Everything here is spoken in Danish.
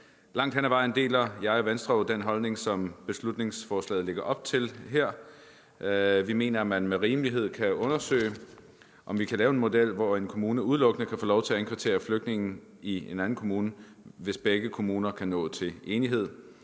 Langt hen ad vejen deler jeg og Venstre jo den holdning, som beslutningsforslaget lægger op til her. Vi mener, at man med rimelighed kan undersøge, om vi kan lave en model, hvor en kommune udelukkende kan få lov til at indkvartere flygtninge i en anden kommune, hvis begge kommuner kan nå til enighed